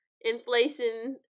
inflation